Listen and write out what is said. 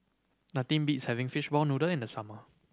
nothing beats having fishball noodle in the summer